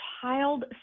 child